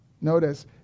Notice